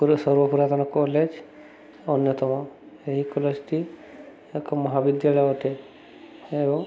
ପୁର ସର୍ବ ପୁରାତନ କଲେଜ୍ ଅନ୍ୟତମ ଏହି କଲେଜ୍ଟି ଏକ ମହାବିଦ୍ୟାଳୟ ଅଟେ ଏବଂ